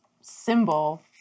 symbol